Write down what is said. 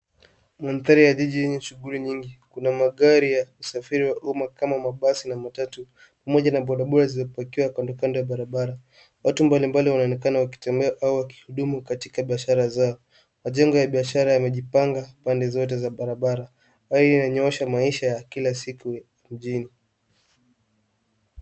Mandhari ya jiji yenye shughuli nyingi. Kuna magari ya usafiri wa umma kama mabasi na matatu pamoja na bodaboda zimepakiwa kandokando ya barabara. Watu mbalimbali wanaonekana wakitembea au wakihudumu katika biashara zao. Majengo ya biashara yamejipanga pande zote za barabara. Haya yananyoosha maisha ya kila siku ya mjini.